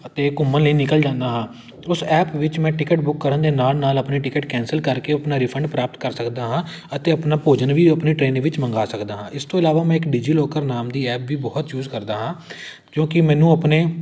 ਅਤੇ ਘੁੰਮਣ ਲਈ ਨਿਕਲ ਜਾਂਦਾ ਹਾਂ ਉਸ ਐਪ ਵਿੱਚ ਮੈਂ ਟਿਕਟ ਬੁੱਕ ਕਰਨ ਦੇ ਨਾਲ ਨਾਲ ਆਪਣੀ ਟਿਕਟ ਕੈਂਸਲ ਕਰਕੇ ਆਪਣਾ ਰਿਫੰਡ ਪ੍ਰਾਪਤ ਕਰ ਸਕਦਾ ਹਾਂ ਅਤੇ ਆਪਣਾ ਭੋਜਨ ਵੀ ਆਪਣੀ ਟਰੇਨ ਦੇ ਵਿੱਚ ਮੰਗਾ ਸਕਦਾ ਹਾਂ ਇਸ ਤੋਂ ਇਲਾਵਾ ਮੈਂ ਇੱਕ ਡੀਜ਼ੀ ਲੌਕਰ ਨਾਮ ਦੀ ਐਪ ਵੀ ਬਹੁਤ ਯੂਸ ਕਰਦਾ ਹਾਂ ਕਿਉਂਕਿ ਮੈਨੂੰ ਆਪਣੇ